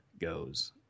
goes